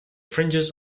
fringes